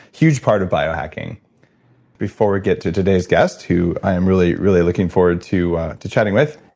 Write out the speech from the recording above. huge part of biohacking before we get to today's guest, who i am really, really looking forward to to chatting with,